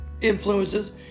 influences